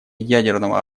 ядерного